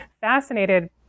fascinated